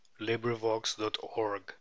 LibriVox.org